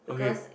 okay